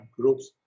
groups